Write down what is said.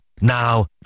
now